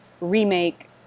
remake